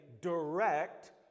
direct